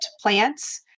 plants